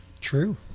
True